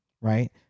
right